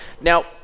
Now